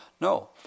No